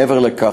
מעבר לכך,